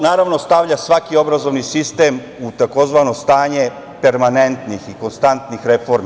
To naravno stavlja svaki obrazovni sistem u tzv. stanje permanentnih i konstantnih reformi.